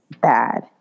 bad